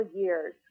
years